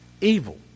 Evil